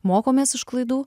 mokomės iš klaidų